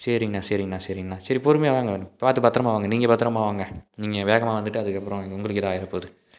சரிங்கண்ணா சரிங்கண்ணா சரிங்கண்ணா சரி பொறுமையாக வாங்க பார்த்து பத்திரமா வாங்க நீங்கள் பத்திரமா வாங்க நீங்கள் வேகமாக வந்துட்டு அதுக்கப்புறம் உங்களுக்கு எதாவது ஆகிறப் போகுது